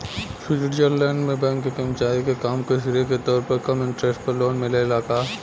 Switzerland में bank के कर्मचारी के काम के श्रेय के तौर पर कम इंटरेस्ट पर लोन मिलेला का?